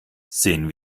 sehen